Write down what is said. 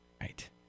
right